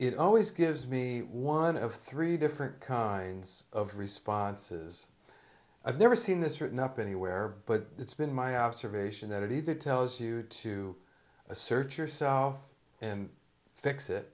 it always gives me one of three different kinds of responses i've never seen this written up anywhere but it's been my observation that it either tells you to assert yourself and fix it